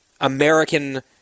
American—